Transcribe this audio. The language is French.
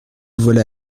voilà